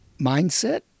mindset